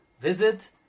visit